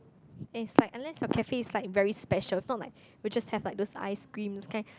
is like unless your cafe is like very special is not like we just have like those ice creams kind